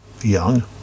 young